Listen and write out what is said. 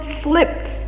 Slipped